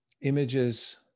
images